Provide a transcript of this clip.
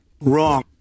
Wrong